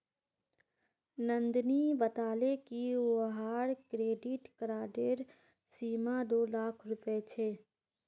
नंदनी बताले कि वहार क्रेडिट कार्डेर सीमा दो लाख रुपए छे